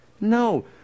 No